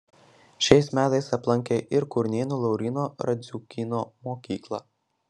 šiais metais aplankė ir kurnėnų lauryno radziukyno mokyklą